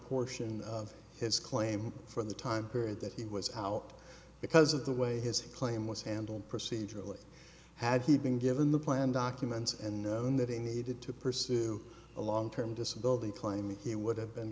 portion of his claim from the time period that he was out because of the way his claim was handled procedurally had he been given the plan documents and knowing that he needed to pursue a long term disability claim he would have been